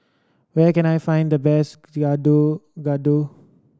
where can I find the best gado